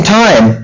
time